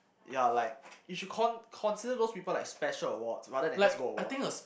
ya like you should con~ consider those people like special awards rather than just gold awards